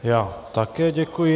Já také děkuji.